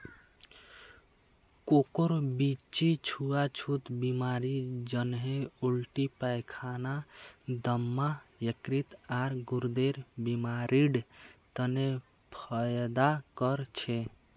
कोकोर बीच्ची छुआ छुत बीमारी जन्हे उल्टी पैखाना, दम्मा, यकृत, आर गुर्देर बीमारिड तने फयदा कर छे